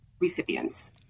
recipients